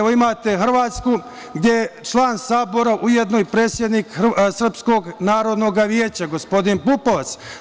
Evo, imate Hrvatsku, gde je član Sabora ujedno i predsednik Srpskog narodnog vijeća, gospodin Pupovac.